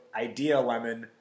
IDEALEMON